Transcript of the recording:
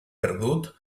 perdut